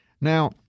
Now